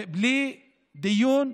בלי דיון,